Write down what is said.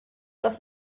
dass